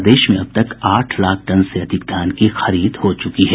प्रदेश में अब तक आठ लाख टन से अधिक धान की खरीद हो चुकी है